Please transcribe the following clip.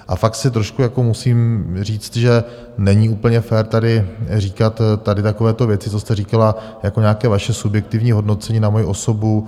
A fakt si trošku jako musím říct, že není úplně fér tady říkat takovéto věci, co jste říkala jako nějaké vaše subjektivní hodnocení na moji osobu.